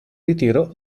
ritiro